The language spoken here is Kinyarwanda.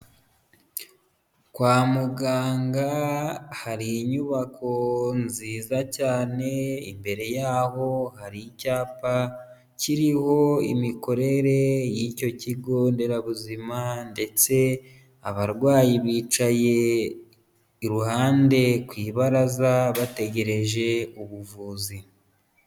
Kwa muganga hari inyubako nziza cyane imbere yaho hari icyapa kiriho imikorere y'icyo kigo nderabuzima ndetse abarwayi bicaye iruhande ku ibaraza bategereje ubuvuzi.